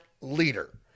leader